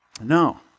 No